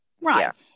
Right